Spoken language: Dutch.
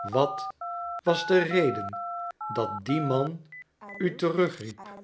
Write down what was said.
wat was de reden dat die man u terugriep